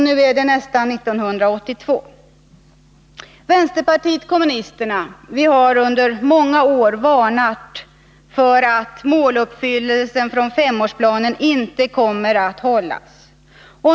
Nu har vi nästan kommit fram till 1982. Vpk har under många år varnat för att måluppfyllelsen från femårsplanen inte kommer att hållas.